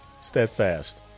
steadfast